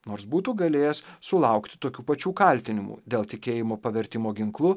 nors būtų galėjęs sulaukti tokių pačių kaltinimų dėl tikėjimo pavertimo ginklu